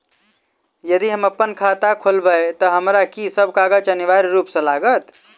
यदि हम अप्पन खाता खोलेबै तऽ हमरा की सब कागजात अनिवार्य रूप सँ लागत?